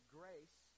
grace